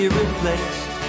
replaced